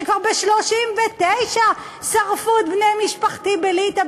כשכבר ב-1939 שרפו את בני משפחתי בליטא,